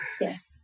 Yes